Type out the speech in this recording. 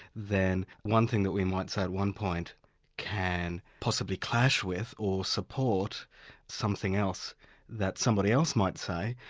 then one thing that we might say at one point can possibly clash with or support something else that somebody else might say,